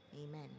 Amen